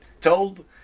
told